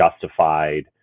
justified